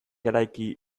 eraiki